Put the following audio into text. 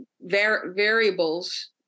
variables